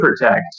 protect